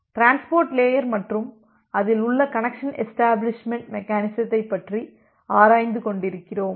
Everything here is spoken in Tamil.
டிரான்ஸ்போர்ட் லேயர் மற்றும் அதில் உள்ள கனெக்சன் எஷ்டபிளிஷ்மெண்ட் மெக்கெனிசத்தை பற்றி ஆராய்ந்து கொண்டிருக்கிறோம்